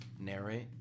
narrate